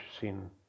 sin